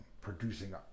producing